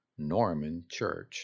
Normanchurch